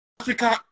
Africa